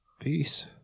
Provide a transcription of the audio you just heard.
Peace